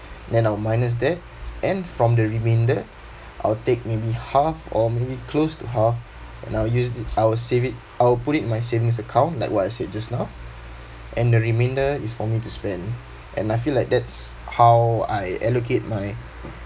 then I will minus that and from the remainder I'll take maybe half or maybe close to half and I'll use it I'll save it I'll put it in my savings account like what I said just now and the remainder is for me to spend and I feel like that's how I allocate my